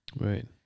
Right